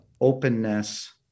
openness